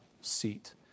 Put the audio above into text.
seat